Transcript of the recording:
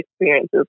experiences